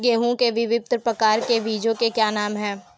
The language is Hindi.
गेहूँ के विभिन्न प्रकार के बीजों के क्या नाम हैं?